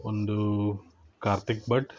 ಒಂದು ಕಾರ್ತಿಕ್ ಬಟ್